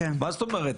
מה זאת אומרת,